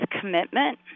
Commitment